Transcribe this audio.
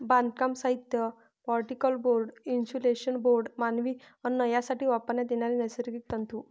बांधकाम साहित्य, particle board, insulation board, मानवी अन्न यासाठी वापरण्यात येणारे नैसर्गिक तंतू